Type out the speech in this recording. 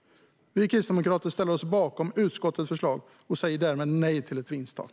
Vi kristdemokrater ställer oss bakom utskottets förslag och säger därmed nej till ett vinsttak.